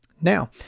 Now